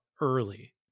early